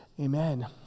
amen